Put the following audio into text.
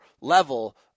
level